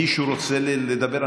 מישהו רוצה לדבר?